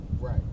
right